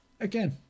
again